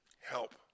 Help